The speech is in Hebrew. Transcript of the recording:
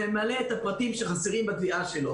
ולסייע.